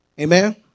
Amen